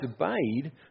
obeyed